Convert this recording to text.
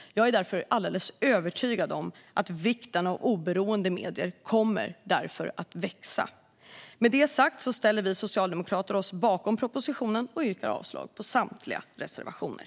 Jag är därför alldeles övertygad om att vikten av oberoende medier därför kommer att växa. Med det sagt ställer vi socialdemokrater oss bakom propositionen och yrkar avslag på samtliga reservationer.